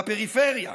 בפריפריה,